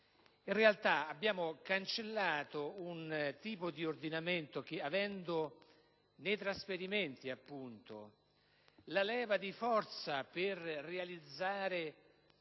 In realtà, avendo cancellato un tipo di ordinamento che aveva nei trasferimenti la leva di forza per realizzare